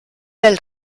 del